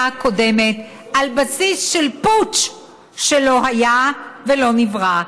הקודמת על בסיס של פוטש שלא היה ולא נברא,